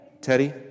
Teddy